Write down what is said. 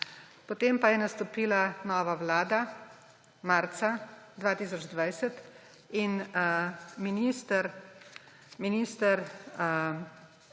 potem pa je nastopila nova vlada, marca 2020, in minister